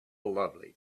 lovely